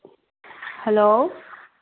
hello